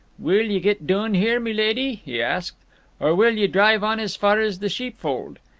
will ye get doon here, my leddy? he asked or will ye drive on as far as the sheepfold?